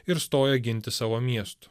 ir stoja ginti savo miestų